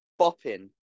bopping